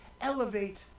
elevate